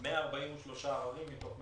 ויש אנשים שמפספסים את היום